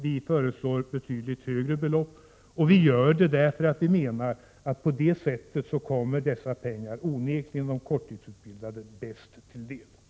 Vi föreslår ett betydligt högre belopp, och vi gör det för att vi menar att på det sättet kommer dessa pengar onekligen de korttidsutbildade bäst till del.